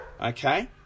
Okay